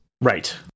right